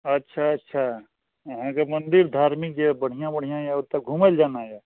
अच्छा अच्छा अहाँके मन्दिर धार्मिक जे बढ़िआँ बढ़िआँ यऽ ओतऽ घुमै लऽ जाना यऽ